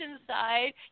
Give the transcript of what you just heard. inside